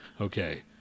Okay